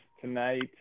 tonight